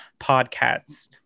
podcast